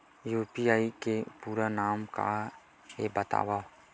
UPI के पूरा नाम का हे बतावव?